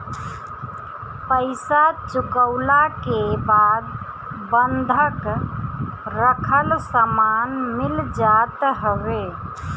पईसा चुकवला के बाद बंधक रखल सामान मिल जात हवे